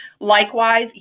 Likewise